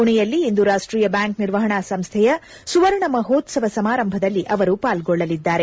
ಮಣೆಯಲ್ಲಿಂದು ರಾಷ್ಟೀಯ ಬ್ಯಾಂಕ್ ನಿರ್ವಹಣಾ ಸಂಸ್ಥೆಯ ಸುವರ್ಣ ಮಹೋತ್ಸವ ಸಮಾರಂಭದಲ್ಲಿ ಅವರು ಪಾಲ್ಗೊಳ್ಳಲಿದ್ದಾರೆ